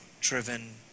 driven